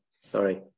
Sorry